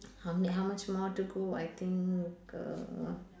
how many how much more to go I think uh